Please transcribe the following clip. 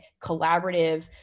collaborative